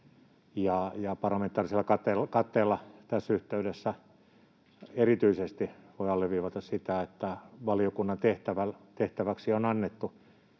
Parlamentaarisella katteella tässä yhteydessä erityisesti voi alleviivata sitä, että valiokunnan tehtäväksi on annettu